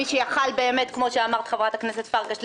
מי שיכול היה כפי שאמרה חברת הכנסת פרקש-הכהן